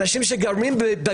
אנשים מחוסנים מהארץ שיש להם דירה